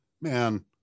man